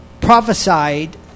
prophesied